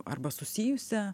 arba susijusia